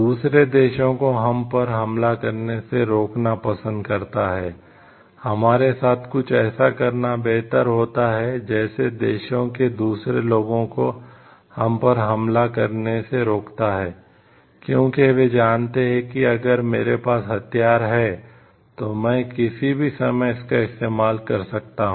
दूसरे देशों को हम पर हमला करने से रोकना पसंद करता है हमारे साथ कुछ ऐसा करना बेहतर होता है जैसे देशों के दूसरे लोगों को हम पर हमला करने से रोकता है क्योंकि वे जानते हैं कि अगर मेरे पास हथियार हैं तो मैं किसी भी समय इसका इस्तेमाल कर सकता हूं